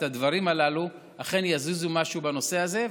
הדברים הללו אכן יזיזו משהו בנושא הזה,